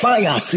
Fire